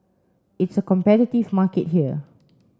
it's a competitive market here